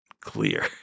clear